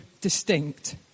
distinct